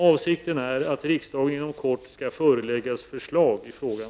Avsikten är att riksdagen inom kort skall föreläggas förslag i frågan.